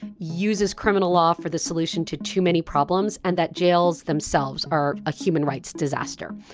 uses criminal law for the solution to too many problems, and that jails themselves are a human rights disaster.